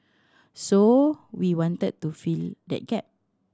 so we wanted to fill that gap